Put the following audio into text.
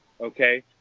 okay